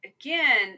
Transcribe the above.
Again